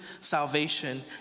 salvation